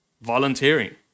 volunteering